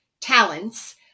talents